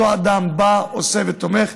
אותו אדם בא, עושה ותומך.